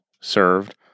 served